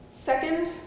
Second